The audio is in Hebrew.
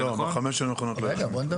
בחמש השנים האחרונות לא היה שום מקרה.